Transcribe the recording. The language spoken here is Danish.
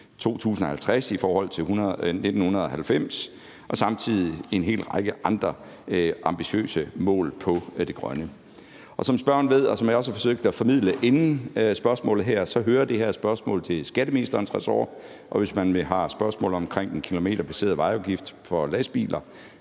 2050 i forhold til 1990 og har samtidig en hel række andre ambitiøse mål på det grønne. Som spørgeren ved, og som jeg også har forsøgt at formidle inden spørgsmålet her, hører det her spørgsmål til skatteministerens ressort. Hvis man har spørgsmål om en kilometerbaseret vejafgift for lastbiler,